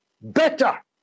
better